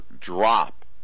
drop